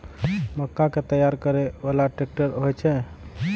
मक्का कै तैयार करै बाला ट्रेक्टर होय छै?